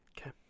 Okay